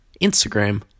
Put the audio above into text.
Instagram